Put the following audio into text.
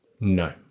No